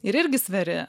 ir irgi sveri